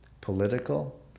political